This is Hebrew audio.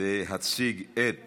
להציג את